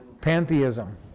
Pantheism